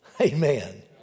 Amen